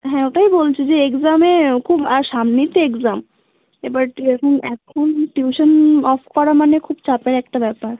হ্যাঁ ওটাই বলছি যে এগজ্যামে খুব আর সামনেই তো এগজ্যাম এবার এরকম এখন টিউশন অফ করা মানে খুব চাপের একটা ব্যাপার